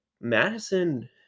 Madison